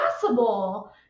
possible